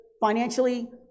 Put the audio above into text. financially